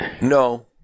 No